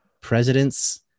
presidents